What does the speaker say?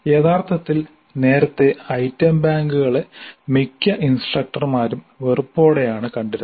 യഥാർത്ഥത്തിൽ നേരത്തെ ഐറ്റം ബാങ്കുകളെ മിക്ക ഇൻസ്ട്രക്ടർമാരും വെറുപ്പോടെയാണ് കണ്ടിരുന്നത്